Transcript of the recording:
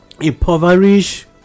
impoverish